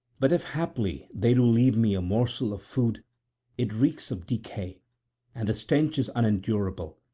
but if haply they do leave me a morsel of food it reeks of decay and the stench is unendurable,